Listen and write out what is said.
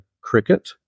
cricket